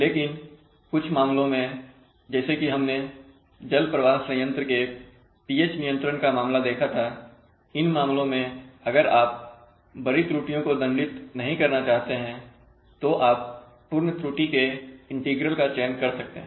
लेकिन कुछ मामलों में जैसे कि हमने जल प्रवाह संयंत्र के pH नियंत्रण का मामला देखा था इन मामलों में अगर आप बड़ी त्रुटियों को दंडित नहीं करना चाहते हैं तो आप पूर्ण त्रुटि के इंटीग्रल का चयन कर सकते हैं